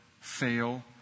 fail